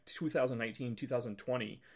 2019-2020